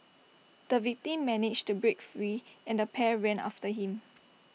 the victim managed to break free and the pair ran after him